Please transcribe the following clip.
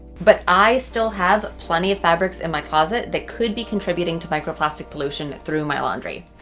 but i still have plenty of fabrics in my closet that could be contributing to microplastic pollution through my laundry.